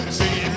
see